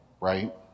right